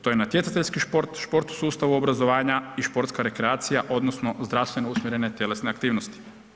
To je natjecateljski šport, šport u sustavu obrazovanja i športska rekreacija odnosno zdravstveno usmjerene tjelesne aktivnosti.